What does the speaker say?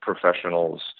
Professionals